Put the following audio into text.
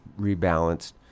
rebalanced